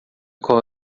qual